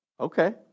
Okay